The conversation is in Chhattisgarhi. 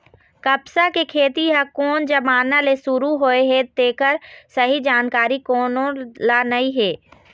कपसा के खेती ह कोन जमाना ले सुरू होए हे तेखर सही जानकारी कोनो ल नइ हे